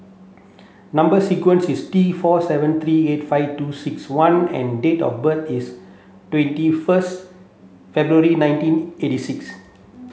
number sequence is T four seven three eight five two six one and date of birth is twenty first February nineteen eighty six